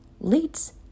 leads